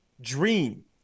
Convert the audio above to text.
dream